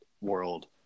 world